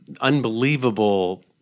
unbelievable –